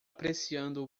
apreciando